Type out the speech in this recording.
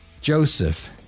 Joseph